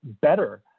better